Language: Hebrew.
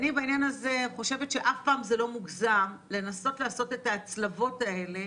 בעניין הזה אני חושבת שאף פעם זה לא מוגזם לנסות לעשות את ההצלבות האלה,